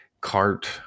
cart